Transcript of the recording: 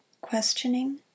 questioning